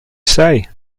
say